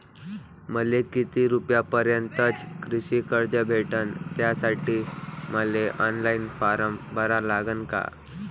मले किती रूपयापर्यंतचं कृषी कर्ज भेटन, त्यासाठी मले ऑनलाईन फारम भरा लागन का?